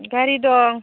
गारि दं